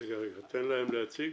רגע, תן להם להציג.